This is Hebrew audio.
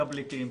טאבלטים,